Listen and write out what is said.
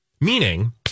meaning